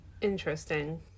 interesting